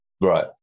Right